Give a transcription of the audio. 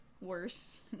worse